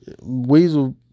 weasel